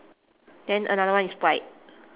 then another one is white